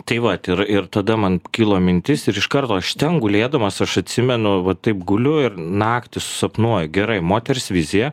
tai vat ir ir tada man kilo mintis ir iš karto aš ten gulėdamas aš atsimenu va taip guliu ir naktį susapnuoju gerai moters vizija